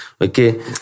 okay